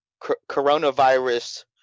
coronavirus